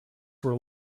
were